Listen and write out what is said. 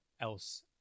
else